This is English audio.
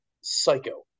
psycho